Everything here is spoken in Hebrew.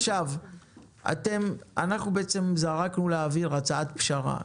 אנחנו זרקנו לאוויר הצעת פשרה,